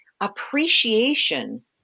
appreciation